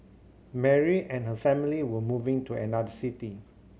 Mary and her family were moving to another city